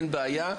אין בעיה,